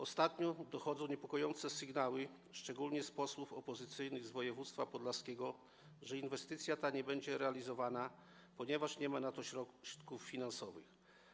Ostatnio dochodzą niepokojące sygnały, szczególnie od posłów opozycyjnych z województwa podlaskiego, że inwestycja ta nie będzie realizowana, ponieważ nie ma na to środków finansowych.